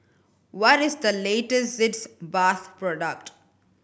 what is the latest Sitz Bath product